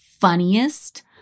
funniest